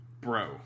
bro